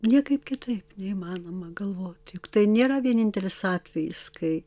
niekaip kitaip neįmanoma galvot juk tai nėra vienintelis atvejis kai